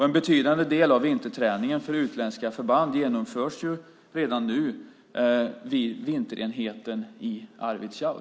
En betydande del av vinterträningen för utländska förband genomförs redan nu vid vinterenheten i Arvidsjaur.